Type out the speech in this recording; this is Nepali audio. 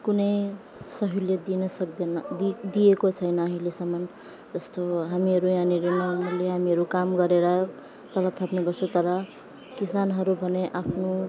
कुनै सहुलियत दिनुसक्दैन दिए दिएको छैन अहिलेसम्म कस्तो हामीहरू यहाँनिर महँगीले हामीहरू काम गरेर तलब फ्याँक्नुपर्छ तर किसानहरू भने आफ्नो